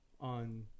on